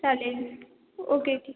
चालेल ओके ठीक